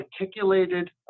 articulated